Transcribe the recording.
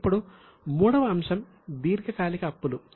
ఇప్పుడు మూడవ అంశం దీర్ఘకాలిక అప్పులు